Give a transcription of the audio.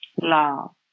love